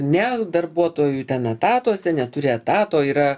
ne darbuotoju ten etatuose neturi etato yra